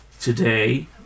today